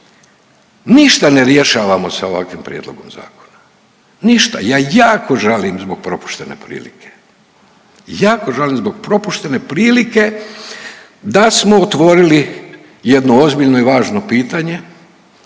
ništa. Ja jako žalim zbog propuštene prilike, jako žalim zbog propuštene prilike da smo otvorili jedno ozbiljno i važno pitanje,